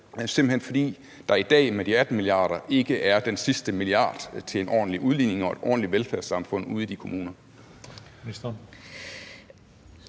simpelt hen er, fordi der i dag med de 18 mia. kr. ikke er den sidste milliard til en ordentlig udligning og et ordentligt velfærdssamfund ude i de kommuner.